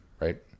right